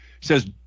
says